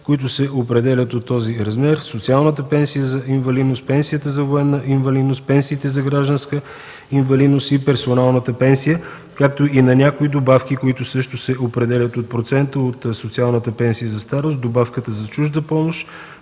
които се определят от този размер – социална пенсия за инвалидност, пенсия за военна инвалидност, пенсия за гражданска инвалидност и персонална пенсия, както и на някои добавки, които също се определят в процент от социалната пенсия за старост: добавката за чужда помощ